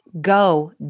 go